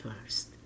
first